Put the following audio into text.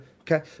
Okay